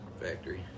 Factory